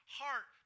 heart